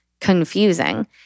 confusing